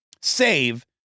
save